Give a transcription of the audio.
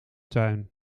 tuin